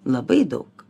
labai daug